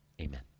Amen